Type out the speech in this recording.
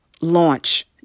launch